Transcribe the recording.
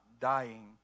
dying